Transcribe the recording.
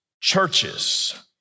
churches